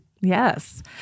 Yes